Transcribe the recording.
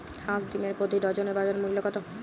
হাঁস ডিমের প্রতি ডজনে বাজার মূল্য কত?